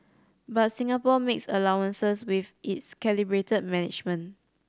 but Singapore makes allowances with its calibrated management